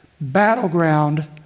battleground